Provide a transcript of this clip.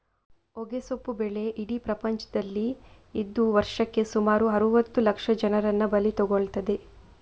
ಹೊಗೆಸೊಪ್ಪು ಬೆಳೆ ಇಡೀ ಪ್ರಪಂಚದಲ್ಲಿ ಇದ್ದು ವರ್ಷಕ್ಕೆ ಸುಮಾರು ಅರುವತ್ತು ಲಕ್ಷ ಜನರನ್ನ ಬಲಿ ತಗೊಳ್ತದೆ